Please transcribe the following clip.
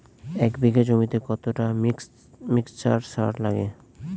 এক বিঘা জমিতে কতটা মিক্সচার সার লাগে?